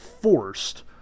forced